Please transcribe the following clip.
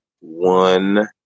One